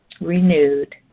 renewed